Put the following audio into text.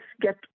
get